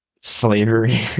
slavery